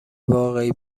واقعی